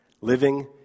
living